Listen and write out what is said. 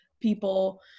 people